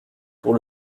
pour